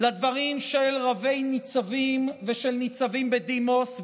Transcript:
לדברים של רבי-ניצבים ושל ניצבים בדימוס.